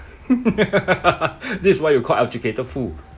this is what you call educated fool